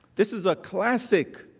this is a classic